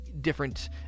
different